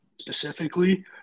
specifically